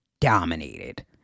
dominated